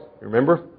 Remember